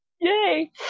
Yay